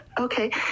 Okay